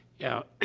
yeah,